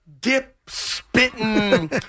dip-spitting